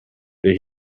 der